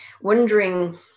wondering